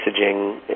messaging